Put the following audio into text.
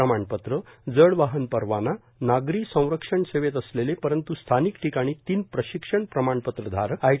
प्रमाणपत्र जडवाहन परवाना नागरी संरक्षण सेवेत असलेले परंत् स्थानिक ठिकाणी तीन प्रशिक्षण प्रमाणपत्र धारक आय